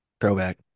throwback